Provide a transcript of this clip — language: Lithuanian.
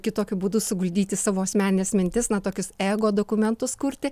kitokiu būdu suguldyti savo asmenines mintis na tokius ego dokumentus kurti